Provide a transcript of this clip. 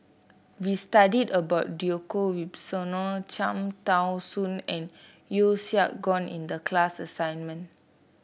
we studied about Djoko Wibisono Cham Tao Soon and Yeo Siak Goon in the class assignment